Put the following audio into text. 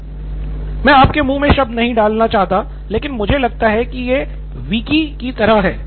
professor मैं आपके मुंह में शब्द नहीं डालना चाहता लेकिन मुझे लगता है कि यह एक WiKi की तरह है